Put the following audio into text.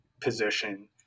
position